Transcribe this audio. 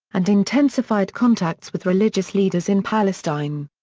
and intensified contacts with religious leaders in palestine.